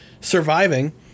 surviving